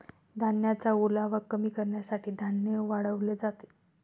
धान्याचा ओलावा कमी करण्यासाठी धान्य वाळवले जाते